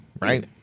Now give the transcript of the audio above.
right